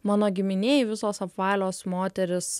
mano giminėj visos apvalios moterys